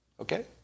Okay